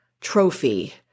trophy